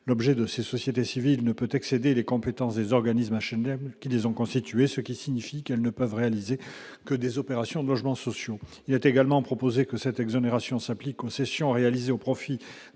L'objet de ces sociétés ne peut excéder les compétences des organismes d'HLM qui les ont constituées, ce qui signifie qu'elles ne peuvent réaliser que des opérations de logements sociaux. Nous proposons également que cette exonération s'applique aux cessions réalisées au profit